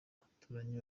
abaturanyi